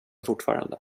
fortfarande